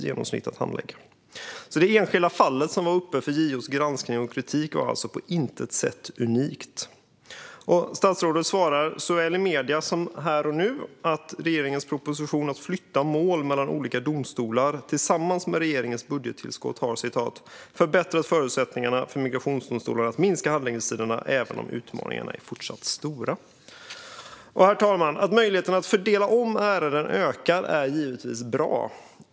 Det enskilda fall som var uppe för JO:s granskning och fick kritik var alltså på intet sätt unikt. Statsrådet svarar såväl i medierna som här och nu att regeringens proposition om att flytta mål mellan olika domstolar tillsammans med regeringens budgettillskott har "förbättrat förutsättningarna för migrationsdomstolarna att korta handläggningstiderna, även om utmaningarna är fortsatt stora". Herr talman! Att möjligheten att fördela om ärenden ökar är givetvis bra.